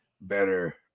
better